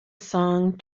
song